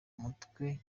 mutwe